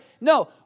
No